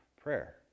prayer